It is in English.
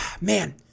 man